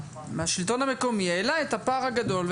והשלטון המקומי העלה את הפער הגדול,